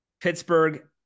Pittsburgh